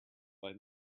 bei